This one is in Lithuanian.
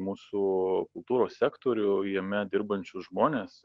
mūsų kultūros sektorių jame dirbančius žmones